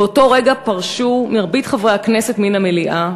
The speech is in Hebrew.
באותו רגע פרשו מרבית חברי הכנסת מן המליאה,